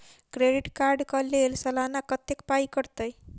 Credit card कऽ लेल सलाना कत्तेक पाई कटतै?